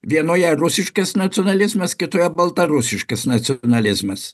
vienoje rusiškas nacionalizmas kitoje baltarusiškas nacionalizmas